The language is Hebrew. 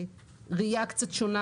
וראייה קצת שונה.